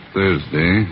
Thursday